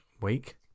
week